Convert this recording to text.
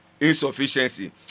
insufficiency